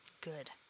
good